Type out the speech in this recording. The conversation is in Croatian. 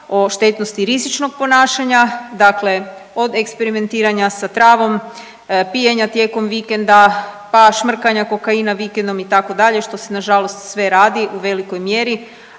o štetnosti rizičnog ponašanja, dakle od eksperimentiranja sa travom, pijenja tijekom vikenda, pa šmrkanja kokaina vikendom itd., što se nažalost sve radi u velikoj mjeri,